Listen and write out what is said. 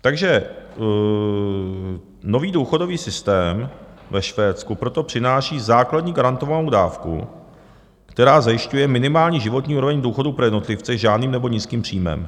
Takže nový důchodový systém ve Švédsku proto přináší základní garantovanou dávku, která zajišťuje minimální životní úroveň důchodu pro jednotlivce s žádným nebo nízkým příjmem.